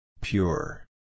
Pure